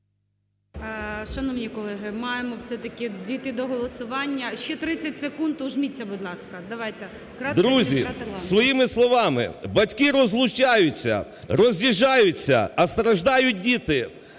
Друзі, своїми словами, батьки розлучаються, роз'їжджаються, а страждають діти,